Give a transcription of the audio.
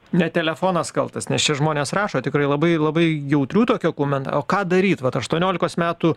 ne telefonas kaltas nes čia žmonės rašo tikrai labai labai jautrių tokio kument o ką daryti vat aštuoniolikos metų